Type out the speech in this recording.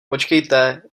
počkejte